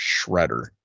Shredder